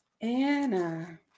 anna